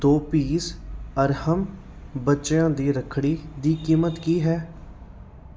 ਦੋ ਪੀਸ ਅਰਹਮ ਬੱਚਿਆਂ ਦੀ ਰੱਖੜੀ ਦੀ ਕੀਮਤ ਕੀ ਹੈ